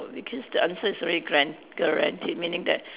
because the answer is already guaran~ guaranteed meaning that